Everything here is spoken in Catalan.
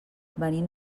venim